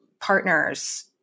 partners